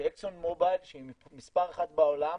שאקסון מובייל, שהיא מספר אחת בעולם,